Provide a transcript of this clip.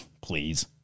Please